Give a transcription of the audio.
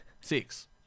six